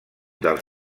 dels